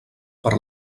per